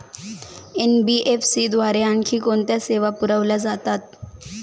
NBFC द्वारे आणखी कोणत्या सेवा पुरविल्या जातात?